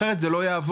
אחרת זה לא יעבוד.